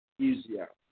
easier